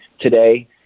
today